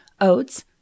oats